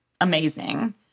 amazing